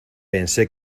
pensé